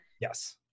Yes